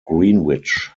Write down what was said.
greenwich